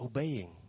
Obeying